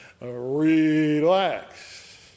relax